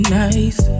nice